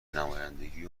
نمایندگی